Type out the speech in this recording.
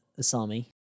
asami